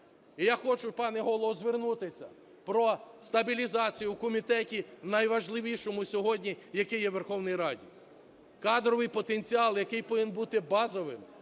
І я хочу, пане Голово, звернутися про стабілізацію у комітеті найважливішому сьогодні, який є у Верховній Раді. Кадровий потенціал, який повинен бути базовим,